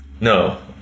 No